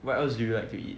what else do you like to eat